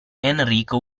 enrico